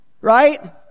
Right